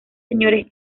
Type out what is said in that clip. señores